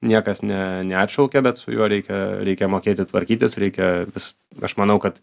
niekas ne neatšaukia bet su juo reikia reikia mokėti tvarkytis reikia vis aš manau kad